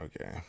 Okay